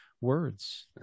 words